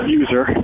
user